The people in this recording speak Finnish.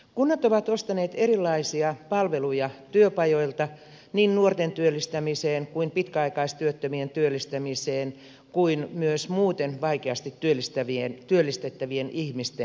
kunnat ovat ostaneet erilaisia palveluja työpajoilta niin nuorten työllistämiseen pitkäaikaistyöttömien työllistämiseen kuin myös muuten vaikeasti työllistettävien ihmisten työllistämiseen